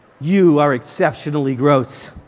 you are exceptionally gross.